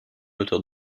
hauteur